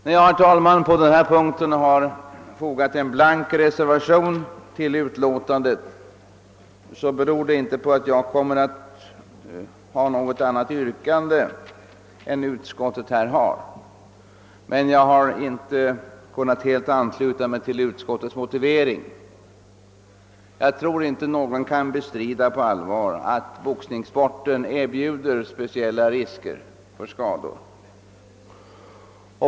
Att jag på denna punkt fogat en blank reservation — betecknad 1 c — till utlåtandet betyder inte att jag kommer att ställa något särskilt yrkande, men jag har inte kunnat helt ansluta mig till utskottets motivering. Jag tror inte att någon på allvar kan bestrida att boxningssporten innebär speciella risker för skador.